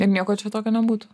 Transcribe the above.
ir nieko čia tokio nebūtų